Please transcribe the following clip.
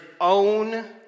own